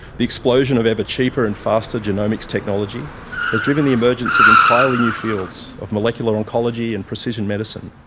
the explosion of ever cheaper and faster genomics technology has driven the emergence of entirely new fields of molecular oncology and precision medicine.